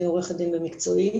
אני עורכת במקצועי,